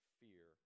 fear